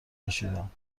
کشیدم